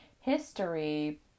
history